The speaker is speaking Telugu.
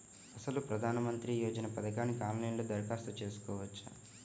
అసలు ప్రధాన మంత్రి యోజన పథకానికి ఆన్లైన్లో దరఖాస్తు చేసుకోవచ్చా?